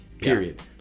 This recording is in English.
period